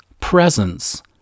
presence